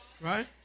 Right